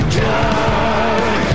die